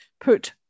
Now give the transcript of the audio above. put